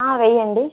వెయ్యండి